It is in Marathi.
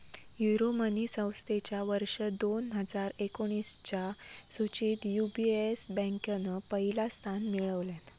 यूरोमनी संस्थेच्या वर्ष दोन हजार एकोणीसच्या सुचीत यू.बी.एस बँकेन पहिला स्थान मिळवल्यान